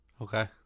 Okay